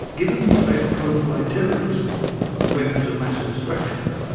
given the threats posed by terrorism and weapons of mass destruction,